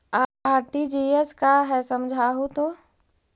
RTGS का है समझाहू तो?